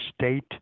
state